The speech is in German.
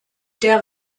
der